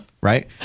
Right